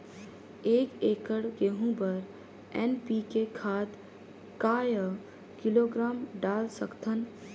एक एकड़ गहूं बर एन.पी.के खाद काय किलोग्राम डाल सकथन?